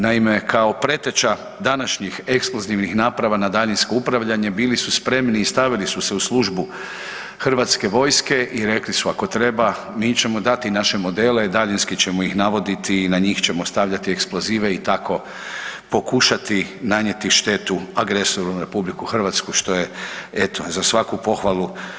Naime, kao preteča današnjih eksplozivnih naprava na daljinsko upravljanje bili su spremni i stavili su se u službu HV-a i rekli su ako treba mi ćemo dati naše modele i daljinski ćemo ih navoditi i na njih ćemo stavljati eksplozive i tako pokušati nanijeti štetu agresoru na RH, što je eto za svaku pohvalu.